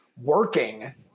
working